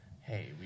hey